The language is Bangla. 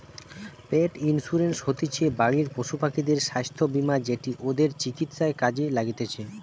পেট ইন্সুরেন্স হতিছে বাড়ির পশুপাখিদের স্বাস্থ্য বীমা যেটি ওদের চিকিৎসায় কাজে লাগতিছে